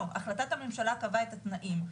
החלטת הממשלה קבעה את התנאים,